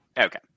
Okay